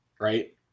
right